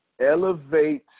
elevate